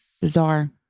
bizarre